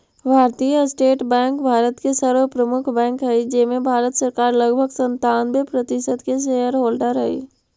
भारतीय State Bank Bharat के सर्व प्रमुख बैंक हइ जेमें भारत सरकार लगभग सन्तानबे प्रतिशत के शेयर होल्डर हइ